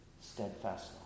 steadfast